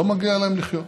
כמו רצח ראש ממשלה.